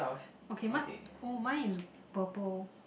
okay mine oh mine is purple